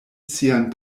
sian